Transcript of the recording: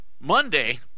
Monday